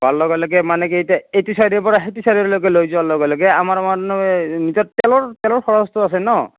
পোৱাৰ লগে লগে মানে কি এইটো চাইডৰ পৰা সেইটো চাইডলৈকে লৈ যোৱাৰ লগে লগে আমাৰ মানে এই তেলৰ তেলৰ খৰচটো আছে ন